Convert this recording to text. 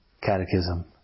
Catechism